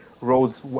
roads